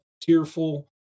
tearful